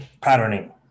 patterning